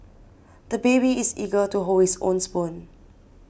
the baby is eager to hold his own spoon